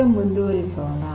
ಈಗ ಮುಂದುವರಿಸೋಣ